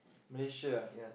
Malaysia ah